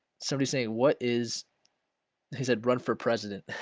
somebody's saying what is he? said run for president.